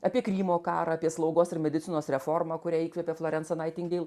apie krymo karą apie slaugos ir medicinos reformą kurią įkvėpė florenca naintingel